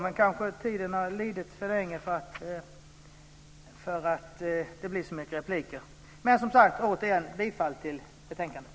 Men tiden kanske är för långt liden för att det ska bli särskilt många repliker.